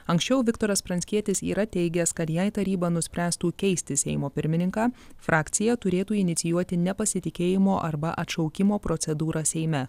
anksčiau viktoras pranckietis yra teigęs kad jei taryba nuspręstų keisti seimo pirmininką frakcija turėtų inicijuoti nepasitikėjimo arba atšaukimo procedūrą seime